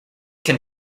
can